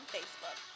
Facebook